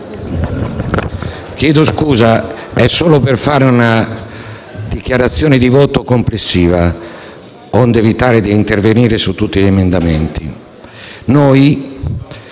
per svolgere una dichiarazione di voto complessiva, onde evitare di intervenire su tutti gli emendamenti.